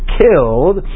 killed